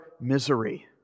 misery